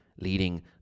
leading